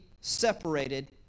separated